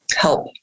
help